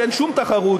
שאין שום תחרות,